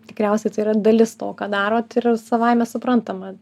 tikriausiai tai yra dalis to ką darot ir savaime suprantama